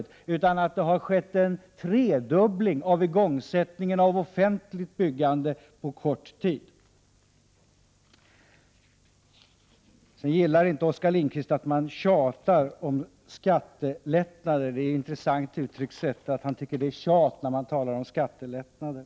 Hotet består i stället i att det på kort tid har skett en tredubbling av igångsättningen av offentligt byggande. Oskar Lindkvist gillar inte att vi ”tjatar” om skattelättnader — det är intressant att han använder ordet tjata när vi talar om skattelättnader.